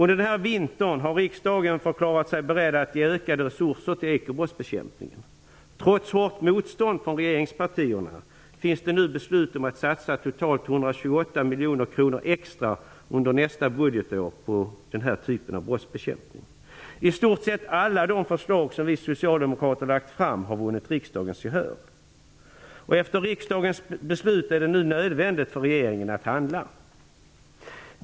Den senaste vintern har riksdagen förklarat sig beredd att ge ökade resurser till ekobrottsbekämpningen. Trots hårt motstånd från regeringspartierna finns det nu beslut om att satsa totalt 128 miljoner kronor extra på brottsbekämpning under nästa budgetår. I stort sett alla de förslag som vi socialdemokrater har lagt fram har vunnit riksdagens gehör. Efter riksdagens beslut är det nu nödvändigt för regeringen att handla.